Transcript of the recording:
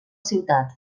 ciutat